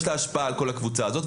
יש לה השפעה על כל הקבוצה הזאת,